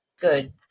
Good